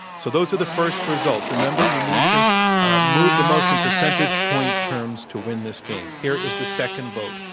so those are the first results. remember, you need to move the most in percentage point terms to win this game. here is the second vote.